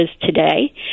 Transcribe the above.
today